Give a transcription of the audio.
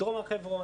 דרום הר חברון,